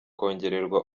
kongererwa